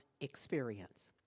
experience